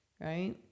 right